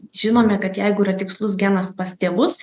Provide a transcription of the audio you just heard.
žinome kad jeigu yra tikslus genas pas tėvus